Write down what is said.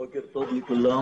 בוקר טוב לכולם,